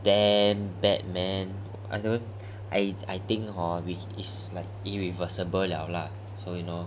damn bad man I don't I think hor it's like irreversible liao lah